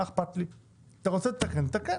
אתה רוצה לתקן תקן.